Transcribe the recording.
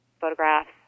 photographs